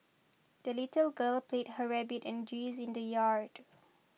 the little girl played her rabbit and geese in the yard